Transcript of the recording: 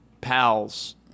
pals